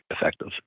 effective